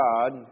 God